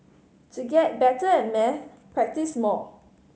to get better at maths practise more